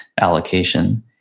allocation